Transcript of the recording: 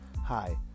Hi